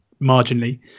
marginally